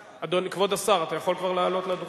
כבוד השר, אתה יכול כבר לעלות לדוכן.